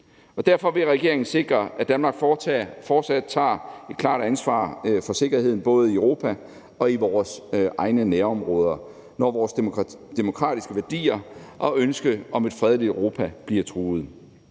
Derfor vil regeringen sikre, at Danmark fortsat tager et klart ansvar for sikkerheden både i Europa og i vores egne nærområder, når vores demokratiske værdier og ønske om et fredeligt Europa bliver truet.